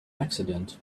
accident